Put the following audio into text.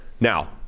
Now